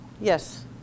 yes